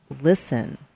listen